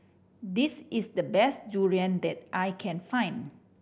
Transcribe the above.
this is the best durian that I can find